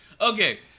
Okay